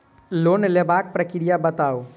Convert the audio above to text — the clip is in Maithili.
लोन लेबाक प्रक्रिया बताऊ?